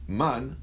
man